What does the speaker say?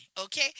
okay